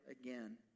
again